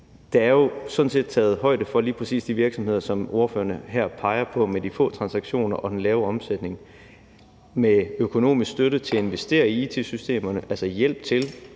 Der er jo sådan set taget højde for lige præcis de virksomheder, som ordførerne her peger på, med de få transaktioner og den lave omsætning, med økonomisk støtte til at investere i it-systemerne, altså hjælp til